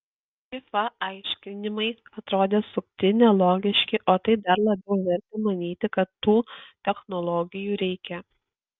fifa aiškinimai atrodė sukti nelogiški o tai dar labiau vertė manyti kad tų technologijų reikia